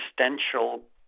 existential